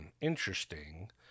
Interesting